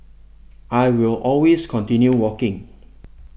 I will always continue walking